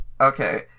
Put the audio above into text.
Okay